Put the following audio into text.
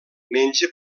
menja